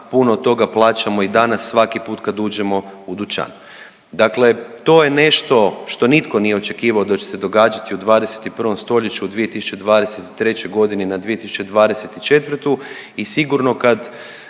puno toga plaćamo i danas svaki put kad uđemo u dućan. Dakle, to je nešto što nitko nije očekivao da će se događati u 21. stoljeću u 2023.g. na 2024. i sigurno kad